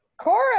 Cora